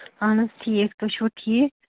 اَہن حظ ٹھیٖک تُہۍ چھِو ٹھیٖک